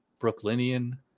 Brooklynian